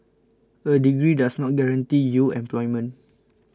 a degree does not guarantee you employment